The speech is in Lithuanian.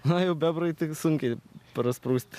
na jau bebrui tai sunkiai prasprūsti